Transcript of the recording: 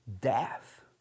death